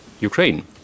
ukraine